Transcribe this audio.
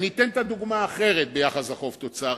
ואני אתן דוגמה אחרת ביחס לחוב-תוצר.